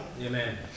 Amen